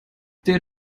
der